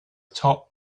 top